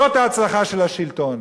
זאת ההצלחה של השלטון.